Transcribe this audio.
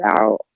out